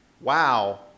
wow